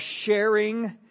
sharing